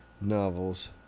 novels